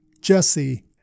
Jesse